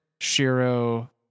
Shiro